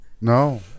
No